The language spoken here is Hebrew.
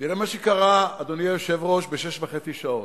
תראה מה שקרה, אדוני היושב-ראש, בשש וחצי שעות.